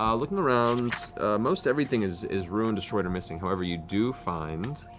um looking around most everything is is ruined, destroyed, or missing, however you do find